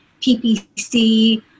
PPC